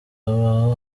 habaho